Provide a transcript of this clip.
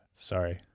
Sorry